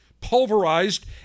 pulverized